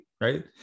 right